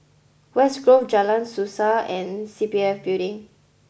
West Grove Jalan Suasa and C P F Building